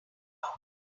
loud